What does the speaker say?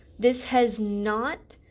this has not